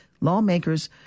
lawmakers